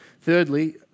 Thirdly